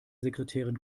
sekretärin